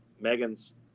megan's